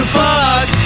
fuck